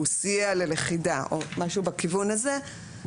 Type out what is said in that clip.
שהוא סייע ללכידה או משהו בכיוון הזה,